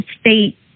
state